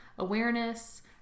awareness